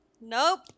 Nope